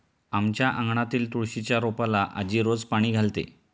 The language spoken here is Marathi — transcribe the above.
आमच्या अंगणातील तुळशीच्या रोपाला आजी रोज पाणी घालते